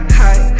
high